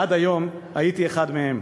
עד היום הייתי אחד מהם.